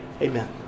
Amen